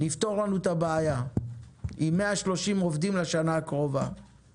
לפתור לנו את הבעיה עם 130 עובדים לשנה הקרובה.